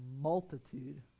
multitude